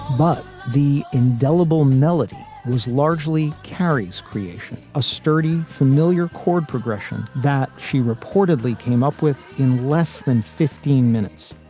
but the indelible melody was largely kerry's creation, a sturdy, familiar chord progression that she reportedly came up with in less than fifteen minutes.